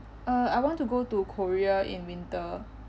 uh I want to go to korea in winter